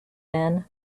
then